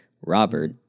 Robert